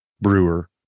brewer